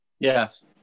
Yes